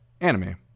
anime